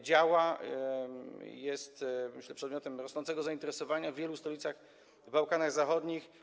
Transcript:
Działa i jest, myślę, przedmiotem rosnącego zainteresowania w wielu stolicach w Bałkanach Zachodnich.